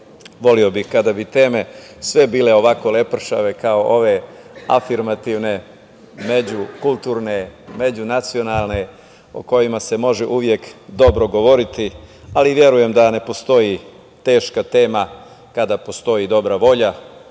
Voleo bih kada teme sve bile ovako lepršave kao ove afirmativne, međukulturne, međunacionalne, o kojima se može uvek dobro govoriti, ali verujem da ne postoji teška tema, kada postoji dobra volja. Ono